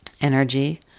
energy